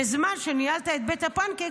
בזמן שניהלת את בית הפנקייק,